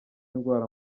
ndwara